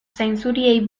zainzuriei